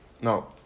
No